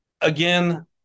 again